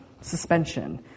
suspension